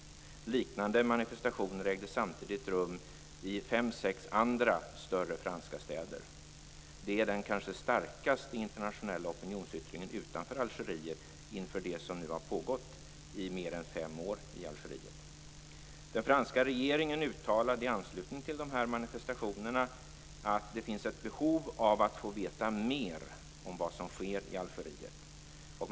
Liknande manifestationer ägde samtidigt rum i fem sex andra större franska städer. Det är kanske den starkaste internationella opinionsyttringen utanför Algeriet inför det som nu har pågått i landet i mer än fem år. I anslutning till dessa manifestationer uttalade den franska regeringen att det finns ett behov av att få veta mer om vad som händer i Algeriet.